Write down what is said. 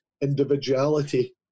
individuality